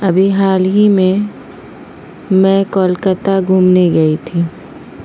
ابھی حال ہی میں میں کولکتہ گھومنے گئی تھی